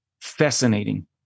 fascinating